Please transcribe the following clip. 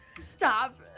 Stop